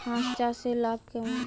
হাঁস চাষে লাভ কেমন?